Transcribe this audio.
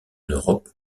europe